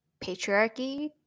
patriarchy